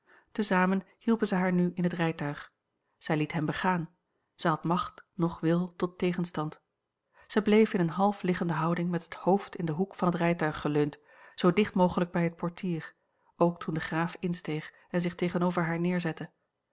zamen hielpen zij haar nu in het rijtuig zij liet hen begaan zij had macht noch wil tot tegenstand zij bleef in eene half liggende houding met het hoofd in den hoek van het rijtuig geleund zoo dicht mogelijk bij het portier ook toen de graaf insteeg en zich tegenover haar neerzette